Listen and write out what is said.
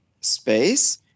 space